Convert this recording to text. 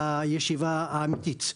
לישיבה האמתית.